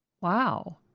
Wow